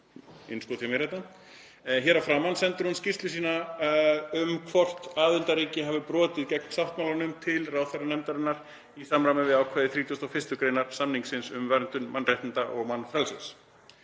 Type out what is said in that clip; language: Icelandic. „hér að framan sendir hún skýrslu sína um hvort aðildarríki hafi brotið gegn sáttmálanum til ráðherranefndarinnar í samræmi við ákvæði 31. gr. samningsins um verndun mannréttinda og mannfrelsis.